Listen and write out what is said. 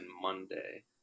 monday